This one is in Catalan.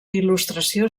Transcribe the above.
il·lustració